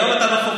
היום אתה מחוקק,